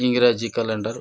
ᱤᱝᱨᱟᱡᱤ calendar